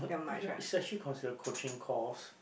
yup it's actually considered coaching course